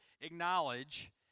acknowledge